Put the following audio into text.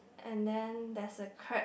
and then there's a crab